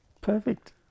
Perfect